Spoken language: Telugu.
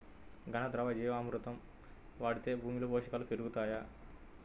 ఘన, ద్రవ జీవా మృతి వాడితే భూమిలో పోషకాలు పెరుగుతాయా?